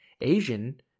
Asian